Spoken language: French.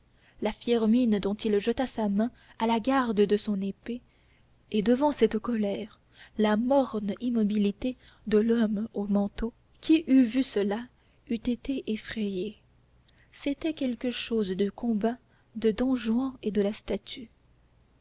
la fière mine dont il jeta sa main à la garde de son épée et devant cette colère la morne immobilité de l'homme au manteau qui eût vu cela eût été effrayé c'était quelque chose du combat de don juan et de la statue